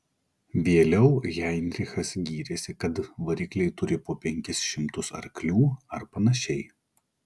vėliau heinrichas gyrėsi kad varikliai turi po penkis šimtus arklių ar panašiai